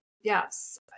yes